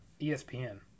ESPN